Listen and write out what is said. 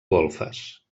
golfes